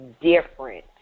different